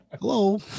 Hello